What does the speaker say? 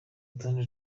rutonde